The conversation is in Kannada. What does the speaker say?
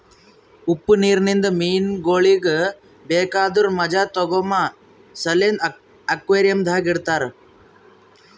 ಉಪ್ಪು ನೀರಿಂದ ಮೀನಗೊಳಿಗ್ ಬೇಕಾದುರ್ ಮಜಾ ತೋಗೋಮ ಸಲೆಂದ್ ಅಕ್ವೇರಿಯಂದಾಗ್ ಇಡತಾರ್